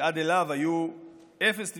שעד אליו היו אפס תביעות,